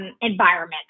environment